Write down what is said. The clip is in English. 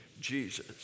Jesus